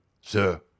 Sir